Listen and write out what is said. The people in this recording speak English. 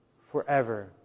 Forever